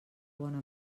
bona